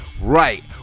right